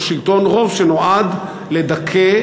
או שלטון רוב שנועד לדכא,